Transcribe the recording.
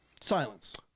Silence